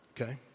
okay